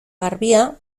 garbia